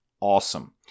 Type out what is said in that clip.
awesome